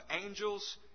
angels